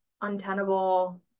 untenable